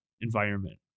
environment